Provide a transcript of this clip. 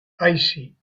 icy